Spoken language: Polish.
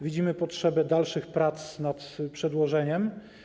Widzimy potrzebę dalszych prac nad przedłożeniem.